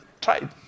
tried